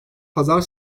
pazar